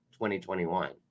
2021